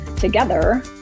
together